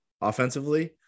offensively